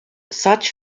such